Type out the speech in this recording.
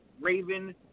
Raven